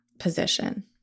position